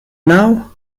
now